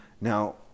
Now